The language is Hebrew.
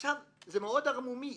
זה מאוד ערמומי.